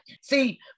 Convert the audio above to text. See